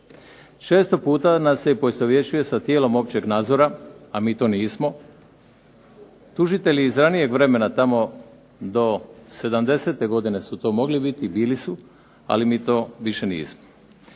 Često puta nas se poistovjećuje sa tijelom općeg nadzora, a mi to nismo, tužitelji iz ranijeg vremena tamo do '70. godine su to mogli biti, bili su, ali mi to više nismo.